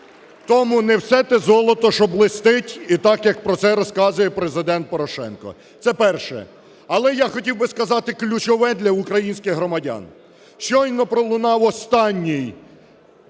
Тому не все те золото, що блистить, і так, як про це розказує Президент Порошенко. Це перше. Але я хотів би сказати ключове для українських громадян. Щойно пролунало останнє,